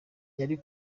yari